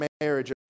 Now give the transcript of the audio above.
marriage